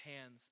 hands